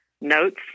notes